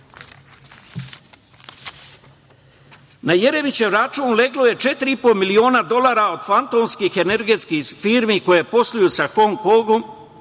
Jeremićev račun leglo je 4,5 dolara od fantomskih energetskih firmi koju posluju sa Hong Kongom,